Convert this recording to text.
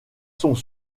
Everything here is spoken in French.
sont